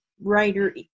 writer